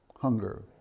Hunger